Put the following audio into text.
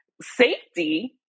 safety